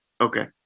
okay